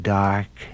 dark